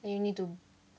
then you need to